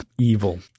evil